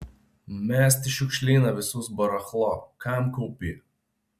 mest į šiukšlyną visus barachlo kam kaupi